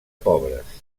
pobres